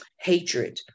hatred